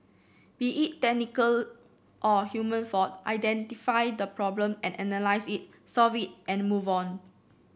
be it technical or human fault identify the problem and analyse it solve it and move on